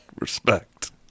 respect